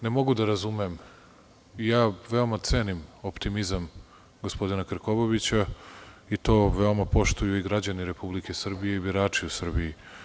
Ne mogu da razumem i veoma cenim optimizam gospodina Krkobabića i to veoma poštuju i građani Republike Srbije i birači u Srbiji.